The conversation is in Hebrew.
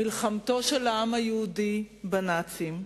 מלחמתו של העם היהודי, בנאצים,